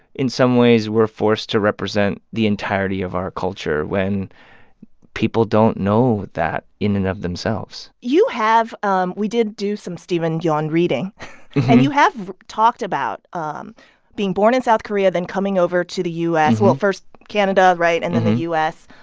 in some ways, we're forced to represent the entirety of our culture when people don't know that in and of themselves you have um we did do some steven yeun reading yeah and you have talked about um being born in south korea then coming over to the u s. well, at first canada right? and then the u s.